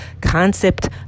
concept